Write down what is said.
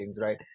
right